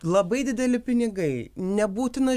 labai dideli pinigai nebūtina